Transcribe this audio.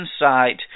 insight